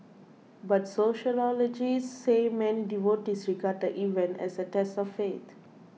but sociologists say many devotees regard the event as a test of faith